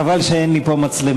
חבל שאין לי פה מצלמה.